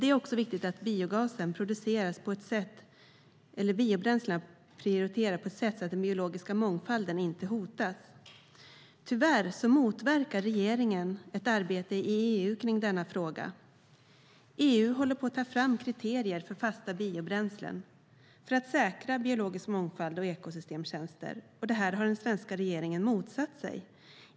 Det är också viktigt att biobränsle produceras på ett sätt så att den biologiska mångfalden inte hotas. Tyvärr motverkar regeringen ett arbete i EU kring denna fråga. EU håller på att ta fram kriterier för fasta biobränslen för att säkra biologisk mångfald och ekosystemtjänster. Det har den svenska regeringen motsatt sig.